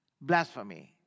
Blasphemy